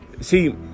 See